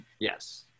Yes